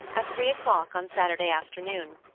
at three o'clock on saturday afternoon.